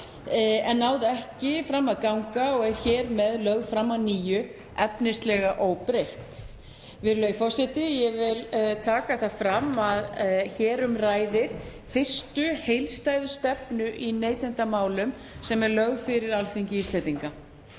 en náði ekki fram að ganga og er hér með lögð fram að nýju efnislega óbreytt. Virðulegi forseti. Ég vil taka það fram að hér ræðir um fyrstu heildstæðu stefnu í neytendamálum sem er lögð fyrir Alþingi Íslendinga.